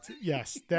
Yes